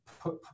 put